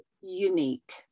unique